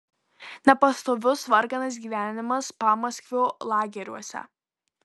nepastovus varganas gyvenimas pamaskvio lageriuose